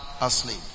asleep